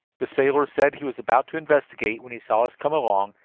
the sailor said he was about to investigate when he saw us come along,